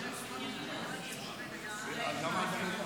אני קובע כי הצעת חוק משפחות חיילים שנספו במערכה (תגמולים ושיקום)